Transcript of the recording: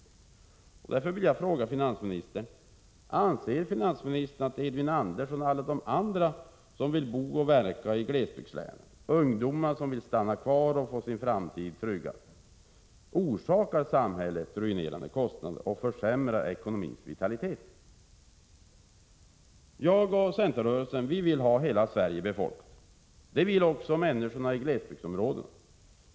Nu vill jag fråga finansministern: Anser finansministern att Edvin Andersson, och alla andra som vill bo och verka i glesbygdslänen, ungdomar som vill stanna kvar och få sin framtid tryggad där, orsakar samhället ”ruinerande kostnader och försämrar ekonomins vitalitet”? Jag och centerrörelsen vill ha hela Sverige befolkat. Det vill också människorna i glesbygdsområdena.